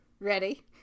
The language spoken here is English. Ready